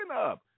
up